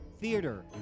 theater